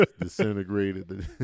disintegrated